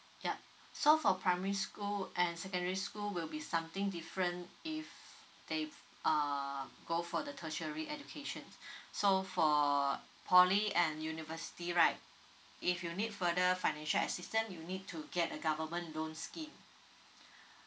yup so for primary school and secondary school will be something different if they uh go for the tertiary education so for poly and university right if you need further financial assistance you need to get a government loan scheme